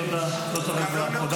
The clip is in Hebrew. תודה רבה.